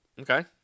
okay